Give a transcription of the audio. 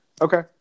Okay